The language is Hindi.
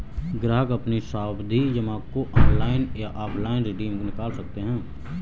ग्राहक अपनी सावधि जमा को ऑनलाइन या ऑफलाइन रिडीम निकाल सकते है